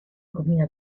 comida